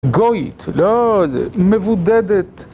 גוית, לא, מבודדת